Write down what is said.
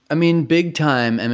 i mean, big-time. and